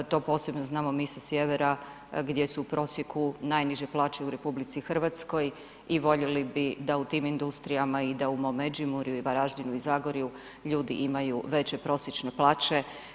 To posebno znamo mi sa sjevera gdje su u prosjeku najniže plaće u Republici Hrvatskoj i voljeli bi da u tim industrijama, i da u mom Međimurju, i Varaždinu i Zagorju ljudi imaju veće prosječne plaće.